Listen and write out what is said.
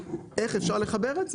איך אפשר לחבר את זה?